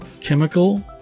chemical